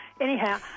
Anyhow